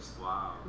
Wow